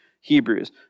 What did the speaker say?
Hebrews